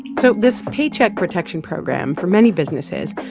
so this paycheck protection program, for many businesses,